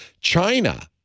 China